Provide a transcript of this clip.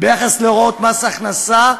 חבר הכנסת חסון.